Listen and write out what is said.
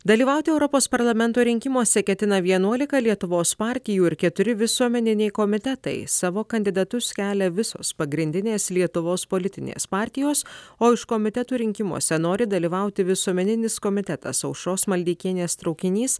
dalyvauti europos parlamento rinkimuose ketina vienuolika lietuvos partijų ir keturi visuomeniniai komitetai savo kandidatus kelia visos pagrindinės lietuvos politinės partijos o iš komitetų rinkimuose nori dalyvauti visuomeninis komitetas aušros maldeikienės traukinys